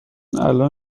الان